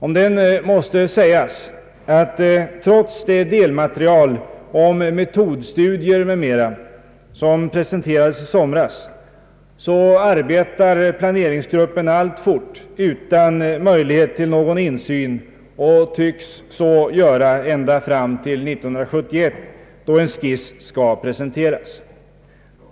Om den måste sägas att trots det delmaterial om metodstudier m.m. som presenterades i somras så arbetar planeringsgruppen alltfort utan möjlighet till någon insyn, och tycks så göra ända fram till år 1971, då en skiss skall presenteras.